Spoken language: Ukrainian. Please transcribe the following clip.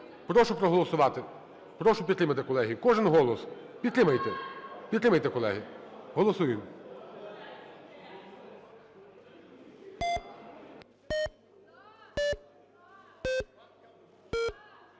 Прошу проголосувати, прошу підтримати, колеги. Кожен голос, підтримайте, підтримайте, колеги. Голосуємо.